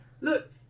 Look